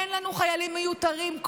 אין לנו חיילים מיותרים.